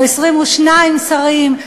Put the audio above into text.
או 22 שרים.